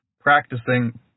practicing